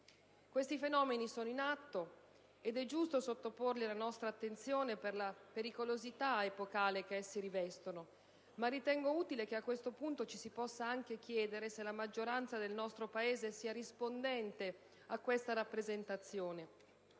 Questi fenomeni sono in atto, ed è giusto sottoporli alla nostra attenzione per la pericolosità epocale che essi rivestono, ma ritengo utile che a questo punto ci si possa anche chiedere se la maggioranza del nostro Paese sia rispondente a questa rappresentazione,